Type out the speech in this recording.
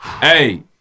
Hey